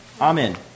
Amen